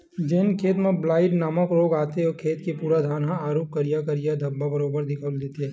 जेन खेत म ब्लाईट नामक रोग आथे ओ खेत के पूरा धान ह आरुग करिया करिया धब्बा बरोबर दिखउल देथे